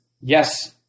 Yes